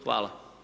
Hvala.